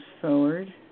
forward